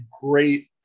great